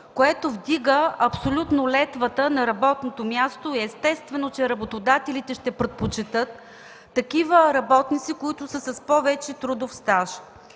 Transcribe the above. което вдига летвата на работното място и естествено, че работодателите ще предпочетат такива работници, които са с повече трудов стаж.